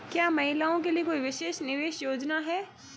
क्या महिलाओं के लिए कोई विशेष निवेश योजना है?